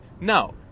no